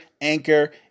Anchor